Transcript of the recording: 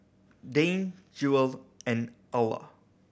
Dane Jewel and Alla